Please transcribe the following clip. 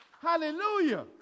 Hallelujah